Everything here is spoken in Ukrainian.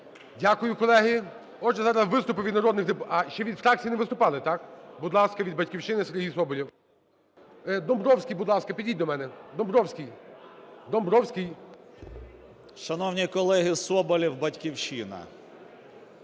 Дякую, колеги. Отже, зараз виступи від народних депутатів. А, ще від фракцій не виступали, так? Будь ласка, від "Батьківщини" Сергій Соболєв. Домбровський, будь ласка, підійдіть до мене, Домбровський, Домбровський. 12:59:19 СОБОЛЄВ С.В. Шановні колеги! Соболєв, "Батьківщина".